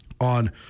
on